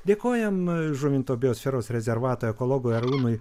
dėkojam žuvinto biosferos rezervato ekologui arūnui